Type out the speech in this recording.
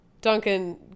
duncan